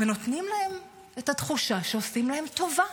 נותנים להם את התחושה שעושים להם טובה.